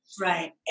Right